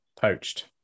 poached